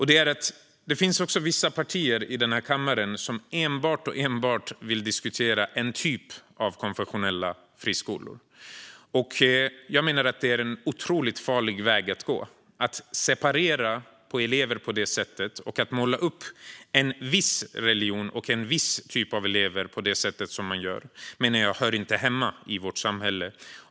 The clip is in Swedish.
Det finns vissa partier i den här kammaren som enbart vill diskutera en bestämd typ av konfessionella friskolor. Jag menar att det är en otroligt farlig väg att gå att separera elever på det sättet. Att måla upp en viss religion och en viss typ av elever på det sättet menar jag inte hör hemma i vårt samhälle.